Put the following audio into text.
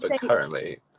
currently